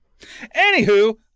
Anywho